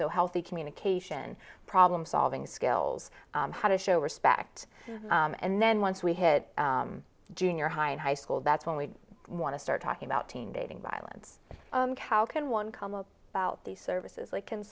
so healthy communication problem solving skills how to show respect and then once we hit junior high in high school that's when we want to start talking about teen dating violence how can one come up about the services